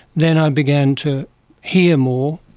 then i began to hear more,